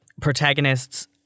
protagonists